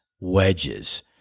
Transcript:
wedges